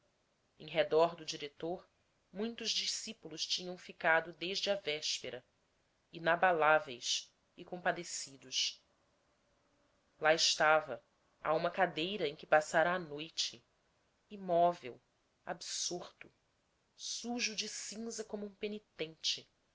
em redor do diretor muitos discípulos tinham ficado desde a véspera inabaláveis e compadecidos lá estava a uma cadeira em que passara a noite imóvel absorto sujo de cinza como um penitente